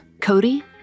Cody